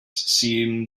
seem